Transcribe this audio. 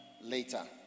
later